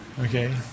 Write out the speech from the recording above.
Okay